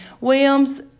Williams